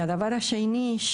והדבר השני,